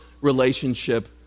relationship